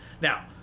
Now